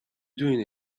doing